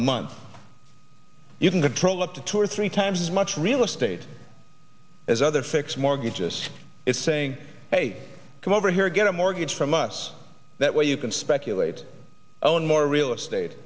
month you can control up to two or three times as much real estate as other fixed mortgages is saying hey come over here get a mortgage from us that way you can speculate on more real estate